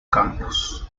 campus